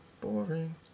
Boring